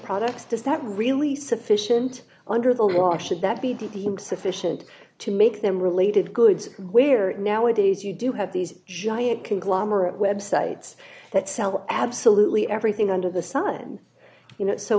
products does that really sufficient under the law should that be deemed sufficient to make them related goods weird nowadays you do have these giant conglomerate websites that sell absolutely everything under the sun you know so